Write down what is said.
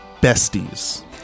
besties